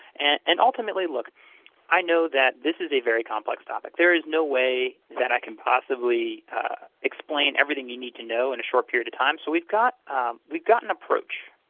and ultimately, look i know that this is a very complex topic. there is no way that i can possibly explain everything you need to know in a short period of time, so we've got we've got an approach.